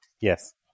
yes